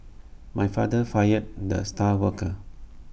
my father fired the star worker